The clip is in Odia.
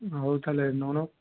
ହଉ ତାହେଲେ ନଉନ